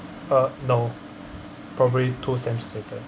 uh no probably two sem taken